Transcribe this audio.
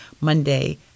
Monday